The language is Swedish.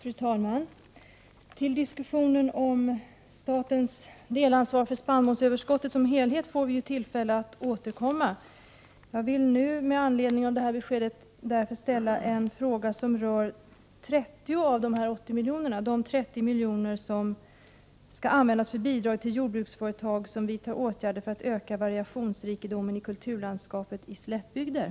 Fru talman! Vi får tillfälle att återkomma till diskussionen om statens delansvar för spannmålsöverskottet som helhet. Men jag vill nu ställa en fråga som rör 30 av dessa 80 milj.kr., dvs. de 30 milj.kr. som skall användas för bidrag till jordbruksföretag som vidtar åtgärder för att öka variationsrikedomen i kulturlandskapet i slättbygder.